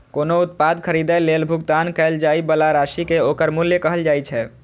कोनो उत्पाद खरीदै लेल भुगतान कैल जाइ बला राशि कें ओकर मूल्य कहल जाइ छै